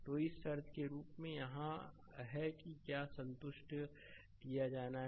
तो इस शर्त के रूप में यहाँ है कि क्या संतुष्ट किया जाना है